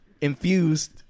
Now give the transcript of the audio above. Infused